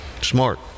Smart